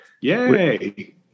Yay